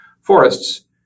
forests